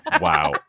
Wow